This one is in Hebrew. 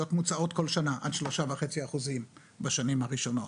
מוצאות כל שנה עד 3.5% בשנים הראשונות.